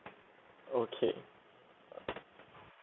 okay